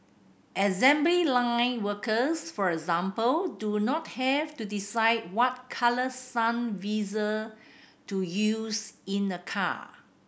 assembly line workers for example do not have to decide what colour sun visor to use in a car